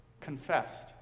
confessed